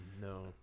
No